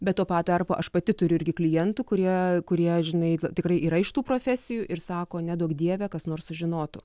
bet tuo pat tarpu aš pati turiu irgi klientų kurie kurie žinai tikrai yra iš tų profesijų ir sako neduok dieve kas nors sužinotų